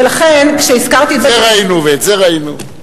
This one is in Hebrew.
ולכן, כשהזכרתי את, את זה ראינו ואת זה ראינו.